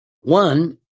One